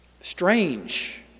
strange